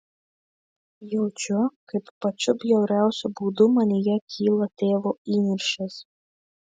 jaučiu kaip pačiu bjauriausiu būdu manyje kyla tėvo įniršis